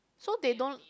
so they don't